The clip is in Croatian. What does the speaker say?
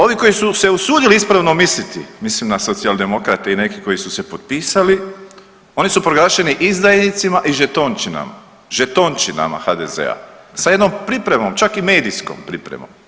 Ovi koji su se usudili ispravno misliti mislim na Socijaldemokrate i neke koji su se potpisali, oni su proglašeni izdajnicima i žetončinama, žetončinama HDZ-a sa jednom pripremom, čak i medijskom pripremom.